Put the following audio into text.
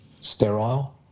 sterile